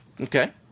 Okay